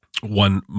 one